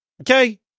okay